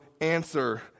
answer